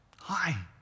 Hi